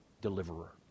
Deliverer